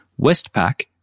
Westpac